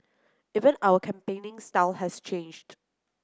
even our campaigning style has changed